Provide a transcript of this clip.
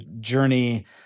journey